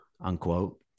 Unquote